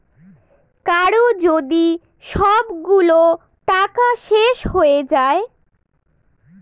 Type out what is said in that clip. কারো যদি সবগুলো টাকা শেষ হয়ে যায়